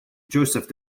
joseph